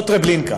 זאת טרבלינקה.